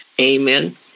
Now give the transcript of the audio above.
Amen